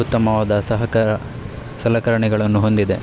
ಉತ್ತಮವಾದ ಸಹಕಾರ ಸಲಕರಣೆಗಳನ್ನು ಹೊಂದಿದೆ